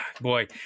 boy